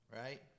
right